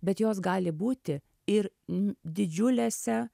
bet jos gali būti ir n didžiulėse